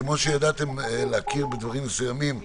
כמו שידעתם להכיר שדברים מסוימים הם